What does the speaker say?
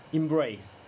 embrace